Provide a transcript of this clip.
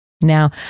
Now